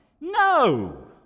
No